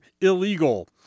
illegal